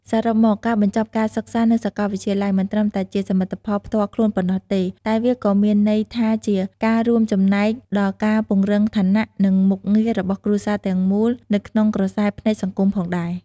សរុបមក ការបញ្ចប់ការសិក្សានៅសាកលវិទ្យាល័យមិនត្រឹមតែជាសមិទ្ធផលផ្ទាល់ខ្លួនប៉ុណ្ណោះទេ តែវាក៏មានន័យថាជាការរួមចំណែកដល់ការពង្រឹងឋានៈ និងមុខងាររបស់គ្រួសារទាំងមូលនៅក្នុងក្រសែភ្នែកសង្គមផងដែរ។